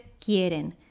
quieren